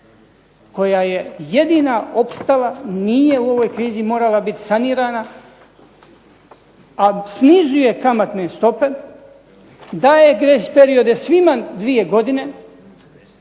koja je jedina opstala nije u ovoj krizi morala biti sanirana, a snizuje kamatne stope, daje ... periode svima 2 godine,